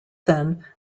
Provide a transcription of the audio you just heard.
then